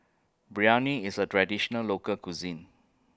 Biryani IS A Traditional Local Cuisine